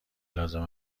لازم